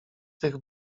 tych